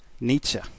Nietzsche